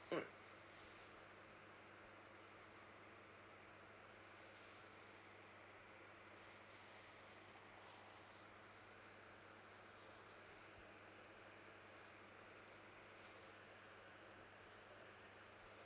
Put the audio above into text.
mm